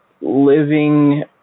living